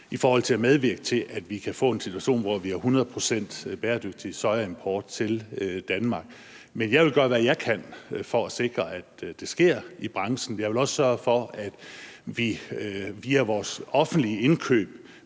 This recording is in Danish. i forhold til at medvirke til, at vi kan få en situation, hvor vi har hundrede procent bæredygtig sojaimport til Danmark. Men jeg vil gøre, hvad jeg kan, for at sikre, at det sker i branchen. Jeg vil også sørge for, at vi via vores offentlige indkøb